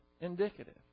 indicative